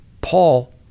Paul